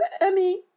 Emmy